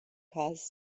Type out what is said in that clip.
caused